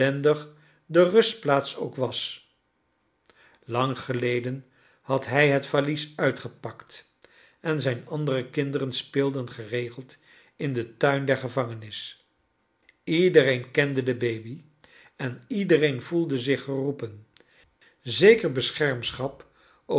de rustplaats ook was lang geleden had hij het valies uitgepakt en zijn andere kinderen speelden geregeld in den tuin der gevangenis iedereen kende de baby en iedereen voelde zich geroepen